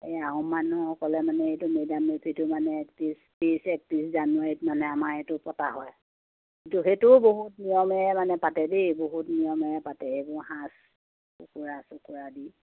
এই আহোম মানুহসকলে মানে এইটো মে ডাম মে ফিটো মানে একত্ৰিছ ত্ৰিছ একত্ৰিছ জানুৱাৰীত মানে আমাৰ এইটো পতা হয় কিন্তু সেইটোও বহুত নিয়মেৰে মানে পাতে দেই বহুত নিয়মেৰে পাতে এইবোৰ সাঁজ কুকুৰা চুকুৰা দি